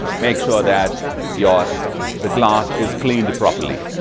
make sure that your the glass is cleaned properly.